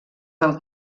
del